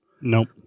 Nope